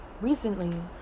recently